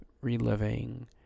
reliving